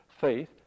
faith